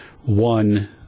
one